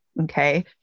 Okay